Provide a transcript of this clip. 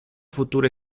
futura